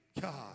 God